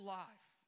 life